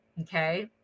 Okay